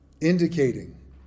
indicating